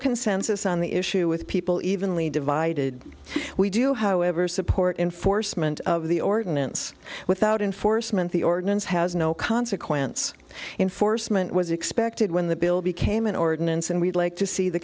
consensus on the issue with people evenly divided we do however support enforcement of the ordinance without enforcement the ordinance has no consequence enforcement was expected when the bill became an ordinance and we'd like to see the